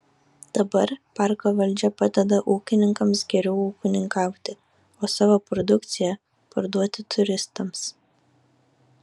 dabar parko valdžia padeda ūkininkams geriau ūkininkauti o savo produkciją parduoti turistams